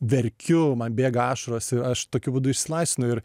verkiu man bėga ašaros ir aš tokiu būdu išsilaisvinu ir